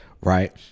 Right